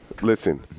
Listen